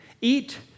Eat